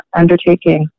undertaking